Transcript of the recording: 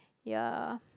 ya